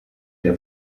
der